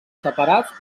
separats